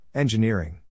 Engineering